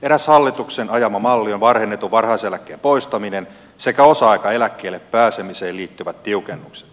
eräs hallituksen ajama malli on varhennetun varhaiseläkkeen poistaminen sekä osa aikaeläkkeelle pääsemiseen liittyvät tiukennukset